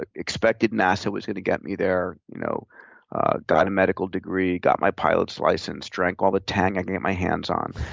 ah expected nasa was gonna get me there, you know got a medical degree, got my pilot's license, drank all the tang i could get my hands on,